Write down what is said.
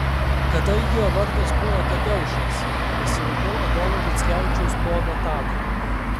kadangi jo vardas buvo tadeušas pasirinkau adomo mickevičiaus poną tadą